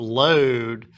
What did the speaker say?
load